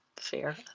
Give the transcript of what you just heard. Fair